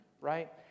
right